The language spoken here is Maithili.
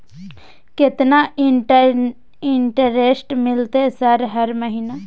केतना इंटेरेस्ट मिलते सर हर महीना?